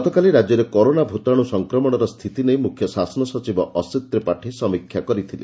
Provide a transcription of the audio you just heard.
ଗତକାଲି ରାଜ୍ୟରେ କରୋନା ଭ୍ତାଣୁ ସଂକ୍ରମଣର ସ୍ରିତି ନେଇ ମୁଖ୍ୟ ଶାସନ ସଚିବ ଅସିତ୍ ତ୍ରିପାଠୀ ସମୀକ୍ଷା କରିଥିଲେ